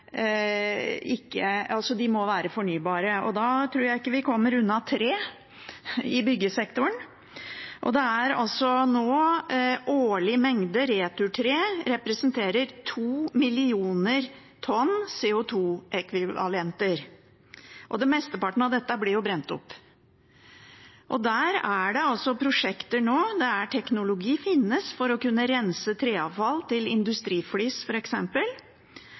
fornybare. Da tror jeg ikke vi kommer unna tre i byggesektoren. Årlig mengde returtre representerer 2 millioner tonn CO 2 -ekvivalenter, og mesteparten av dette blir brent opp. Der er det prosjekter nå – teknologi finnes for å kunne rense treavfall til